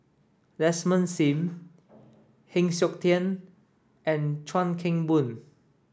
Desmond Sim Heng Siok Tian and Chuan Keng Boon